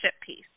piece